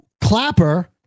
Clapper